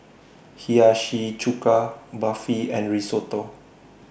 Hiyashi Chuka Barfi and Risotto